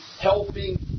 helping